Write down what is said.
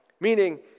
Meaning